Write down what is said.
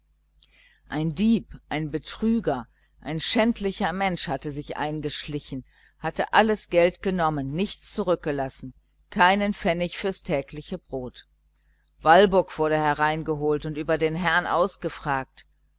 ein dieb ein betrüger ein schändlicher mensch hatte sich eingeschlichen hatte alles geld genommen nichts zurückgelassen keinen pfennig fürs tägliche brot walburg wurde hereingeholt und über den herrn ausgefragt